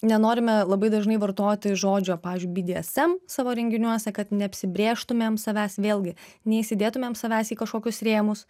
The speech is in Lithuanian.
nenorime labai dažnai vartoti žodžio pavyzdžiui bydyesem savo renginiuose kad neapsibrėžtumėm savęs vėlgi neįsidėtumėm savęs į kažkokius rėmus